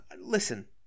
listen